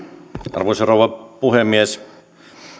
arvoisa rouva puhemies